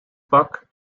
pak